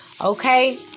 Okay